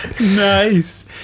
Nice